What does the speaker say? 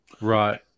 Right